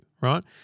right